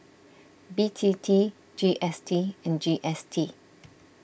B T T G S T and G S T